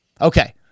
Okay